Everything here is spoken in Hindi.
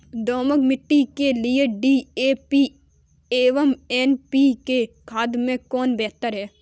दोमट मिट्टी के लिए डी.ए.पी एवं एन.पी.के खाद में कौन बेहतर है?